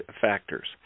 factors